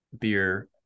beer